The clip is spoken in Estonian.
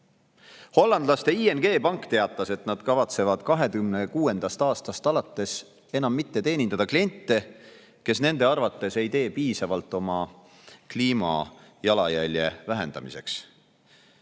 tulemata. Hollandlaste ING pank teatas, et nad kavatsevad 2026. aastast alates enam mitte teenindada kliente, kes nende arvates ei tee piisavalt oma kliimajalajälje vähendamiseks.